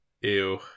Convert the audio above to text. Ew